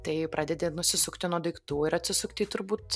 tai pradedi nusisukti nuo daiktų ir atsisukti į turbūt